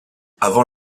avant